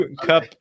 Cup